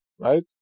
right